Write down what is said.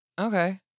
Okay